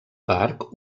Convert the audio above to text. parc